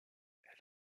elle